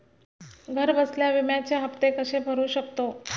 घरबसल्या विम्याचे हफ्ते कसे भरू शकतो?